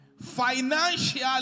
financially